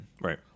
Right